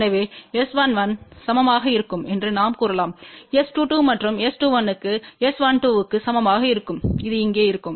எனவே S11சமமாக இருக்கும் என்றுநாம் கூறலாம் S22மற்றும் S21க்கு S12க்கு சமமாக இருக்கும்இது இங்கே இருக்கும்